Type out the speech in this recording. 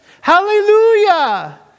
hallelujah